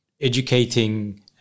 educating